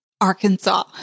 Arkansas